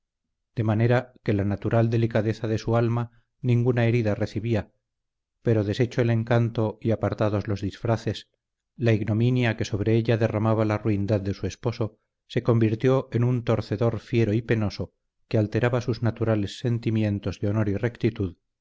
de manera que la natural delicadeza de su alma ninguna herida recibía pero deshecho el encanto y apartados los disfraces la ignominia que sobre ella derramaba la ruindad de su esposo se convirtió en un torcedor fiero y penoso que alteraba sus naturales sentimientos de honor y rectitud